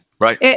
Right